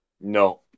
no